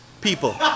People